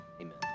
Amen